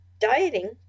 dieting